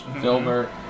Filbert